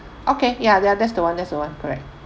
okay ya ya that's the one that's the one correct